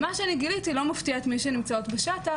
מה שאני גיליתי לא מפתיע את מי שנמצאות בשטח,